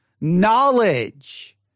knowledge